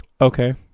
Okay